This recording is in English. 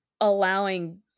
allowing